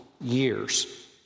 years